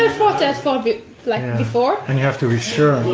ah thought that far but like and before! and you have to be sure